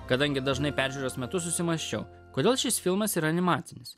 kadangi dažnai peržiūros metu susimąsčiau kodėl šis filmas yra animacinis